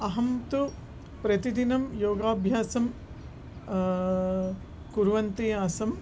अहं तु प्रतिदिनं योगाभ्यासं कुर्वती आसं